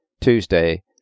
Tuesday